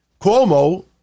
Cuomo